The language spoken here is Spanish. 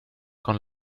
con